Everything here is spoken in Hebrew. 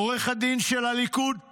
עורך הדין של הליכוד,